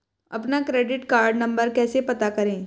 अपना credit card number कैसे पता करें?